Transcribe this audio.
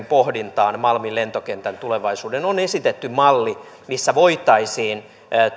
pohdintaan malmin lentokentän tulevaisuuden on esitetty malli missä voitaisiin